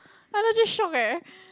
i legit shock eh